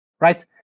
right